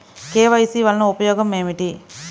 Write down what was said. KYC వలన ఉపయోగం ఏమిటీ?